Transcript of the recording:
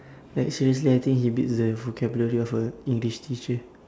like seriously I think he beats the vocabulary of a english teacher